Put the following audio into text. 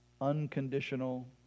unconditional